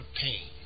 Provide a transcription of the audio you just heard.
pain